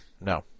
no